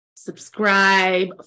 subscribe